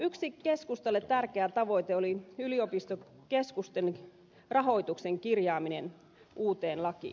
yksi keskustalle tärkeä tavoite oli yliopistokeskusten rahoituksen kirjaaminen uuteen lakiin